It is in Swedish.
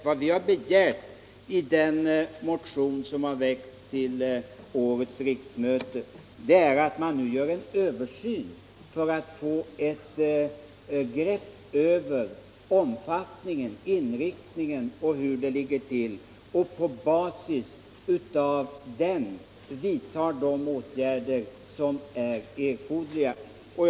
Vad vi har begärt i den motion som väckts till årets riksmöte är att en översyn nu skall göras för att få ett grepp över omfattningen, inriktningen och hur det ligger till och för att på basis av den översynen vidta de åtgärder som är erforderliga.